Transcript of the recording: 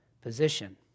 position